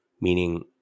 Meaning